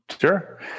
Sure